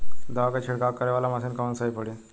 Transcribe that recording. दवा के छिड़काव करे वाला मशीन कवन सही पड़ी?